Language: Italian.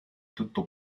tutto